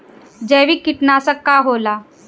जैविक कीटनाशक का होला?